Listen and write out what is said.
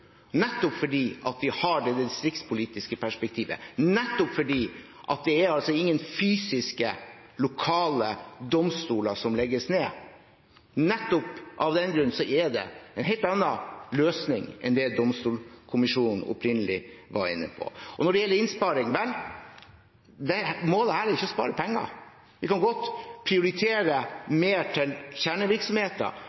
nettopp fordi vi har det distriktspolitiske perspektivet, og nettopp fordi ingen fysiske lokale domstoler skal legges ned. Nettopp av den grunn er det en helt annen løsning enn det domstolkommisjonen opprinnelig var inne på. Når det gjelder innsparing: Vel, målet her er ikke å spare penger. Vi kan godt prioritere